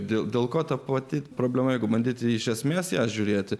dėl dėl ko ta pati problema jeigu bandyti iš esmės ją žiūrėti